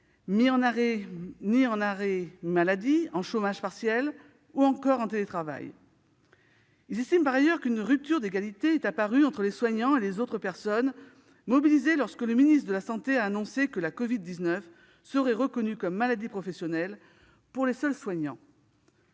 mis en arrêt maladie, en chômage partiel ou encore en télétravail. Ils estiment par ailleurs qu'une rupture d'égalité est apparue entre les soignants et les autres personnes mobilisées lorsque le ministre des solidarités et de la santé a annoncé que la Covid-19 serait reconnue comme maladie professionnelle pour les seuls soignants.